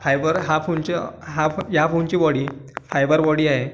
fibre हा फुलच्या हा फन ह्या फोनची वाॅडी फायबर वॉडी आहे